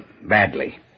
Badly